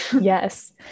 Yes